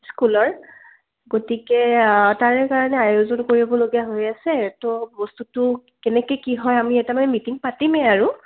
স্কুলৰ গতিকে তাৰে কাৰণে আয়োজন কৰিবলগীয়া হৈ আছে তো বস্তুটো কেনেকৈ কি হয় আমি এটা মানে মিটিং পাতিমেই আৰু